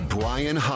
Brian